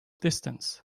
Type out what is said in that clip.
distance